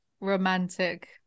romantic